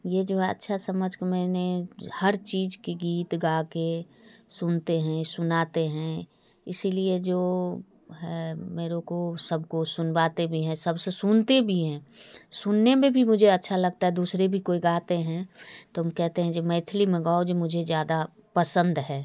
यह जो अच्छा समझ कर मैंने हर चीज़ के गीत गा कर सुनते हैं सुनाते हैं इसलिए जो है मेरे को सबको सुनवाते भी है सबसे सुनते भी हैं सुनने में भी मुझे अच्छा लगता है दूसरे भी कोई गाते हैं तो कहते हैं जो मैथिली में गाओ जो मुझे ज़्यादा पसंद है